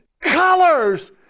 colors